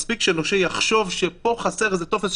מספיק שנושה יחשוב שפה חסר איזשהו טופס,